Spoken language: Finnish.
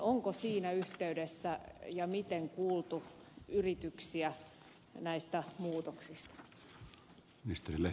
onko siinä yhteydessä ja miten kuultu yrityksiä näistä muutoksista